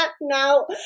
Now